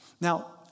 Now